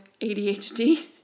ADHD